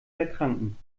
erkranken